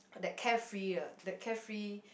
that carefree uh that carefree